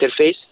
interface